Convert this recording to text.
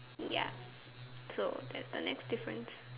ya so that's the next difference